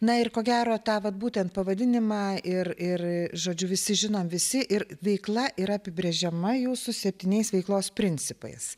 na ir ko gero tą vat būtent pavadinimą ir ir žodžiu visi žinom visi ir veikla yra apibrėžiama jūsų septyniais veiklos principais